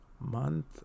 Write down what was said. month